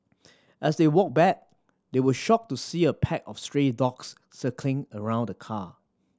as they walked back they were shocked to see a pack of stray dogs circling around the car